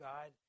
God